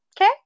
Okay